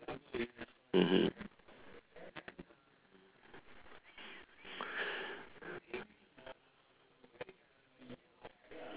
mmhmm